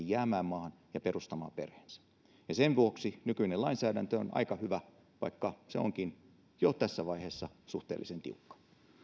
jäämään maahan ja perustamaan perheensä sen vuoksi nykyinen lainsäädäntö on aika hyvä vaikka se onkin jo tässä vaiheessa suhteellisen tiukka